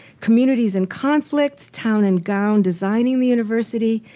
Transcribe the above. communities and conflicts, town and gown designing the university.